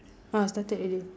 ah started already